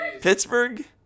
Pittsburgh